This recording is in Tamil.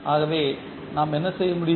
ஆகவே நாம் என்ன செய்ய முடியும்